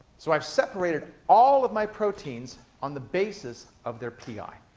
so i've separated all of my proteins on the basis of their pi.